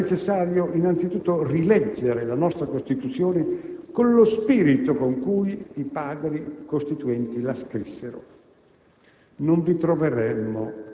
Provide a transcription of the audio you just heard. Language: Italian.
e voglio dirvi di più: sarebbe necessario innanzitutto rileggere la nostra Costituzione con lo spirito con cui i padri costituenti la scrissero;